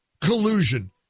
collusion